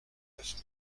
neuf